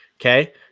Okay